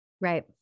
Right